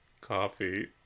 coffee